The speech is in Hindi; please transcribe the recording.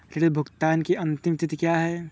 ऋण भुगतान की अंतिम तिथि क्या है?